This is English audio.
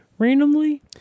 randomly